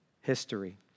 history